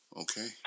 Okay